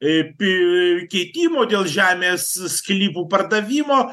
į pi keitimo dėl žemės sklypų pardavimo